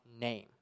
name